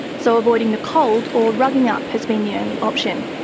so avoiding the cold or rugging up has been the only option.